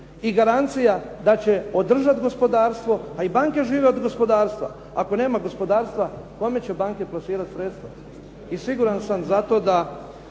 i garancija da će održati gospodarstvo, a i banke žive od gospodarstva. Ako nema gospodarstva, kome će banke plasirati sredstva? I siguran sam da će i